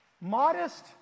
modest